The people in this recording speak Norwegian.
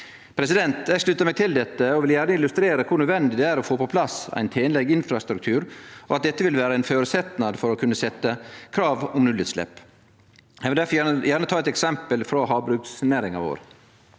2030. Eg sluttar meg til dette og vil gjerne illustrere kor nødvendig det er å få på plass ein tenleg infrastruktur, og at dette vil vere ein føresetnad for å kunne setje krav om nullutslepp. Eg vil difor gjerne ta eit eksempel frå havbruksnæringa vår: